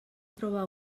trobar